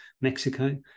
Mexico